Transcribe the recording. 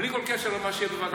בלי כל קשר למה שיהיה בוועדה.